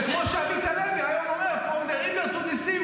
זה כמו שעמית הלוי אומר היום: from the river to the sea,